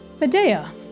Medea